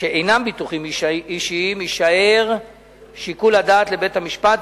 שאינם ביטוחים אישיים יישאר שיקול הדעת לבית-המשפט,